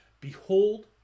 behold